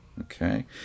okay